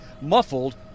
muffled